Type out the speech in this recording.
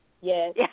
Yes